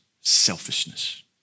selfishness